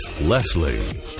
Leslie